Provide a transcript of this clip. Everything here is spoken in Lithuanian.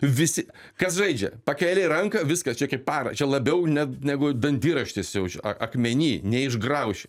visi kas žaidžia pakėlei ranką viskas čia kaip para čia labiau ne negu dantiraštis jau akmenį neišgrauši